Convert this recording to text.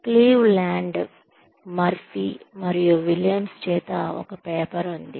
Cleveland Murphy మరియు Williams Cleveland Murphy and Williams చేత ఒక పేపర్ ఉంది